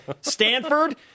Stanford